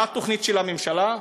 מה התוכנית של הממשלה?